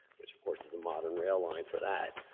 which of course is the modern rail line for that.